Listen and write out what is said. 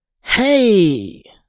Hey